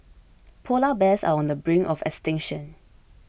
Polar Bears are on the brink of extinction